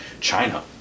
China